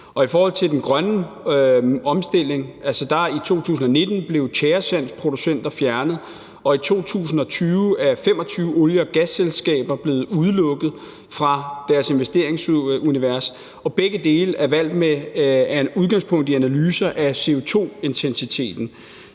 i forhold til den grønne omstilling vil jeg sige, at i 2019 blev tjæresandsproducenter fjernet, og i 2020 er 25 olie- og gasselskaber blevet udelukket fra deres investeringsunivers. Begge dele er valgt med udgangspunkt i analyser af CO2-intensiteten.